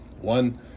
One